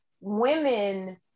women